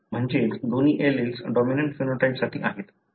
म्हणजेच दोन्ही alleles dominant phenotype साठी आहेत